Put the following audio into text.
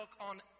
on